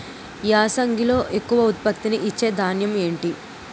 యాసంగిలో ఎక్కువ ఉత్పత్తిని ఇచే ధాన్యం ఏంటి?